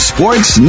Sports